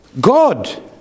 God